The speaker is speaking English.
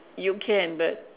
you can but